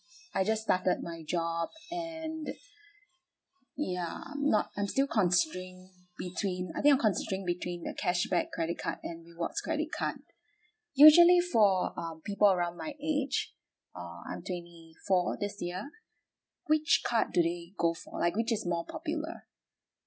I just started my job and the ya I'm not I'm still considering between I think I'm considering between the cashback credit card and rewards credit card usually for um people around my age err I'm twenty four this year which card do they go for like which is more popular